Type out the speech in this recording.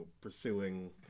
pursuing